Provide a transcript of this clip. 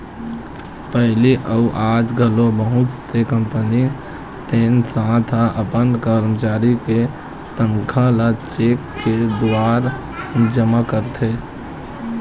पहिली अउ आज घलो बहुत से कंपनी ते संस्था ह अपन करमचारी के तनखा ल चेक के दुवारा जमा करथे